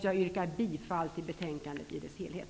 Jag yrkar bifall till utskottets hemställan i dess helhet.